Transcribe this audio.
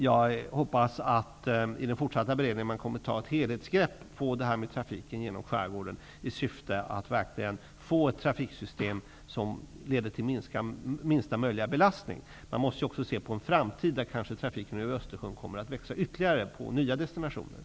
Jag hoppas att man i den fortsatta beredningen kommer att ta ett helhetsgrepp på frågan om den trafik som går genom skärgården i syfte att verkligen åstadkomma ett trafiksystem som leder till minsta möjliga belastning. Man måste också se på en framtid, där trafiken över Östersjön kanske kommer att växa ytterligare på nya destinationer.